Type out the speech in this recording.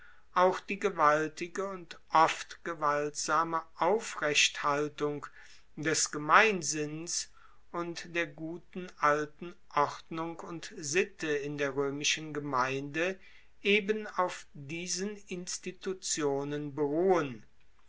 auch die gewaltige und oft gewaltsame aufrechthaltung des gemeinsinns und der guten alten ordnung und sitte in der roemischen gemeinde eben auf diesen institutionen beruhen